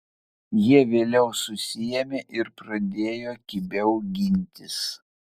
jie vėliau susiėmė ir pradėjo kibiau gintis